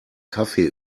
kaffee